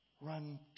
run